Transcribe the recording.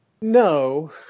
no